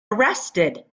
arrested